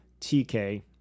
TK